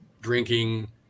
drinking